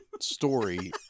story